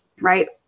right